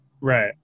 right